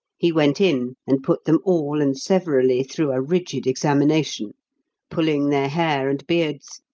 he went in and put them all and severally through a rigid examination pulling their hair and beards,